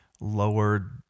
lowered